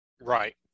Right